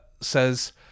says